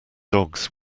dogs